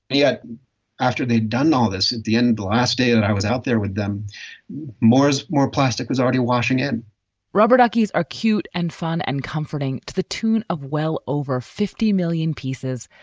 yet after they'd done all this at the end last day and i was out there with them more as more plastic was already washing in rubber duckies are cute and fun and comforting to the tune of well over fifty million pieces,